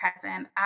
present